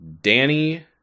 Danny